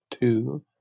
two